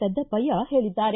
ಪದ್ದಪ್ಪಯ್ಯ ಹೇಳಿದ್ದಾರೆ